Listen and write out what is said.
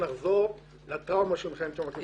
נחזור לטראומה של מלחמת יום הכיפורים.